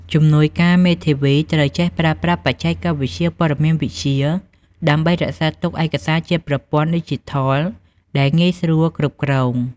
ជំនួយការមេធាវីត្រូវចេះប្រើប្រាស់បច្ចេកវិទ្យាព័ត៌មានវិទ្យា ដើម្បីរក្សាទុកឯកសារជាប្រព័ន្ធឌីជីថលដែលងាយស្រួលគ្រប់គ្រង។